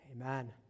Amen